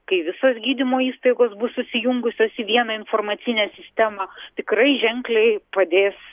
kai visos gydymo įstaigos bus susijungusios į vieną informacinę sistemą tikrai ženkliai padės